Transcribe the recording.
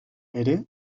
ere